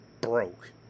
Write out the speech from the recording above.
broke